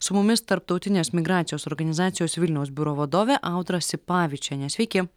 su mumis tarptautinės migracijos organizacijos vilniaus biuro vadovė audra sipavičienė sveiki